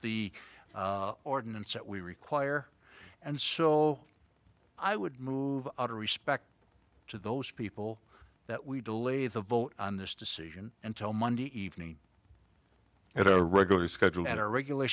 the ordinance that we require and so i would move to respect to those people that we delay the vote on this decision until monday evening at a regular schedule at our regula